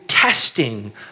Testing